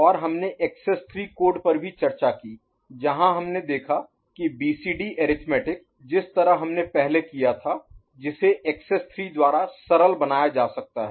और हमने excess 3 code पर भी चर्चा की जहां हमने देखा कि बीसीडी अरिथमेटिक Arithmetic अंकगणित जिस तरह हमने पहले किया था जिसे एक्सेस 3 द्वारा सरल बनाया जा सकता है